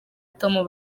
tom